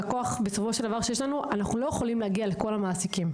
אנחנו לא יכולים להגיע לכל המעסיקים.